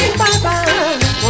bye-bye